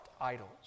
idols